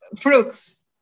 Fruits